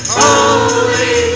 holy